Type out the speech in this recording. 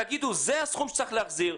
תגידו: זה הסכום שצריך להחזיר,